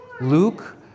Luke